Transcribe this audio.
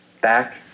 back